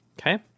Okay